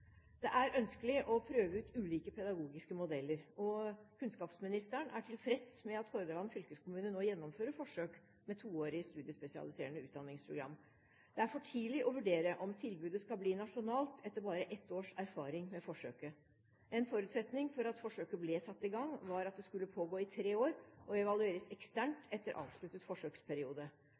Det er ønskelig å prøve ut ulike pedagogiske modeller, og kunnskapsministeren er tilfreds med at Hordaland fylkeskommune nå gjennomfører forsøk med toårig studiespesialiserende utdanningsprogram. Det er for tidlig å vurdere om tilbudet skal bli nasjonalt etter bare ett års erfaring med forsøket. En forutsetning for at forsøket ble satt i gang, var at det skulle pågå i tre år og evalueres eksternt etter avsluttet forsøksperiode.